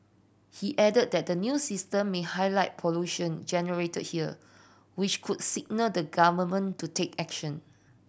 he added that the new system may highlight pollution generated here which could signal the Government to take action